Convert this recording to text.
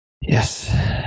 Yes